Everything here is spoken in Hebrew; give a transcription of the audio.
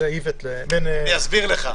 אני אסביר לך.